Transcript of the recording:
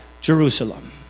Jerusalem